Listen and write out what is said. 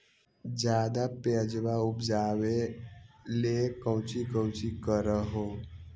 ज्यादा प्यजबा उपजाबे ले कौची कौची कर हो?